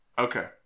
Okay